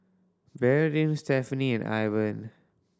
Bernadine Stephenie and Ivan